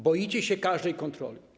Boicie się każdej kontroli.